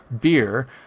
beer